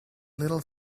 little